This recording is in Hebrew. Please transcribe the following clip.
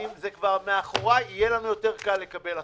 זה כבר מאחורי יהיה לנו קל יותר לקבל החלטה.